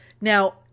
Now